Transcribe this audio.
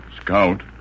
Scout